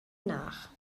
nach